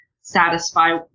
satisfy